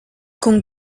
con